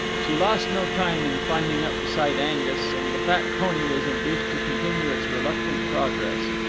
she lost no time in climbing up beside angus, and the fat pony was induced to continue its reluctant progress.